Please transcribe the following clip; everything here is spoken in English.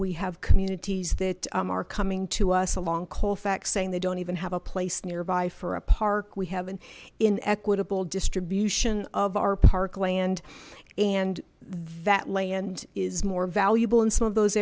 we have communities that are coming to us along colfax saying they don't even have a place nearby for a park we haven't in equitable distribution of our park land and that land is more valuable in some of those